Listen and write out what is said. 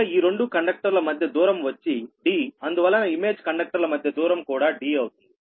కనుక ఈ రెండు కండక్టర్ ల మధ్య దూరం వచ్చి d అందువలన ఇమేజ్ కండక్టర్ల మధ్య దూరం కూడా d అవుతుంది